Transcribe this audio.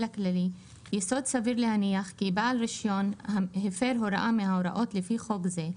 הכללי) יסוד סביר להניח כי בעל רישיון הפר הוראה מההוראות לפי חוק זה,